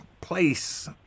place